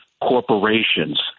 corporations